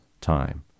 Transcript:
time